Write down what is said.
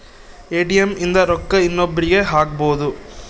ATM ಇಂದ ರೊಕ್ಕ ಇನ್ನೊಬ್ರೀಗೆ ಹಕ್ಬೊದು